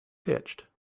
pitched